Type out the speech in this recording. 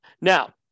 Now